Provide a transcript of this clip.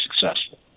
successful